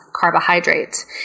carbohydrates